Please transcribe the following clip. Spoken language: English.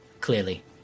Clearly